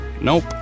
nope